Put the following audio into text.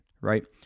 Right